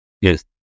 Yes